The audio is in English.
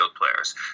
players